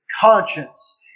conscience